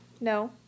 No